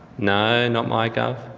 no. not mygov.